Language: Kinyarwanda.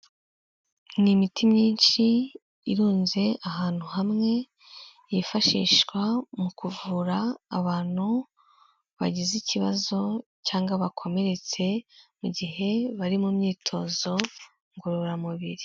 Ni imiti myinshi irunze ahantu hamwe, yifashishwa mu kuvura abantu bagize ikibazo cyangwa bakomeretse mu gihe bari mu myitozo ngororamubiri.